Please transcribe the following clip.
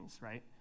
right